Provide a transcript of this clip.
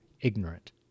ignorant